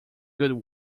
good